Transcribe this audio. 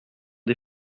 des